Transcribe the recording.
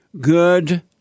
Good